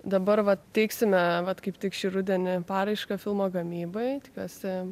dabar vat teiksime vat kaip tik šį rudenį paraišką filmo gamybai tikiuosi